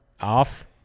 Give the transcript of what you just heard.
off